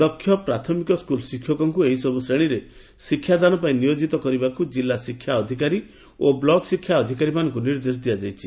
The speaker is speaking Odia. ଦକ୍ଷ ପ୍ରାଥମିକ ସ୍କୁଲ୍ ଶିଷକଙ୍କୁ ଏହିସବୁ ଶ୍ରେଶୀରେ ଶିଷାଦାନ ପାଇଁ ନିୟୋଜିତ କରିବାକୁ ଜିଲ୍ଲା ଶିକ୍ଷା ଅଧିକାରୀ ଓ ବ୍ଲକ୍ ଶିକ୍ଷା ଅଧିକାରୀଙ୍କୁ ନିର୍ଦ୍ଦେଶ ଦିଆଯାଇଛି